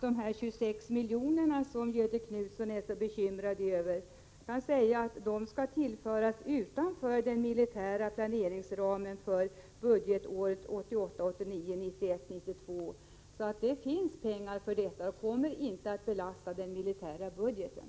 De 26 miljoner som Göthe Knutson är så bekymrad över skall tas utanför den militära planeringsramen för budgetåren 1988 1992. Det finns således resurser för detta och det kommer inte att belasta den militära budgeten.